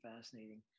fascinating